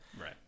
Right